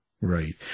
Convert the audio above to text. Right